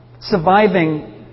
surviving